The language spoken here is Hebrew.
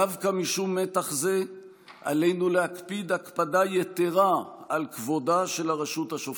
דווקא משום מתח זה עלינו להקפיד הקפדה יתרה על כבודה של הרשות השופטת.